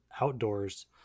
Outdoors